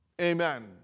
Amen